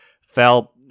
fell